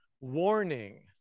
warning